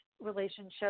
relationship